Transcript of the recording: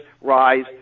rise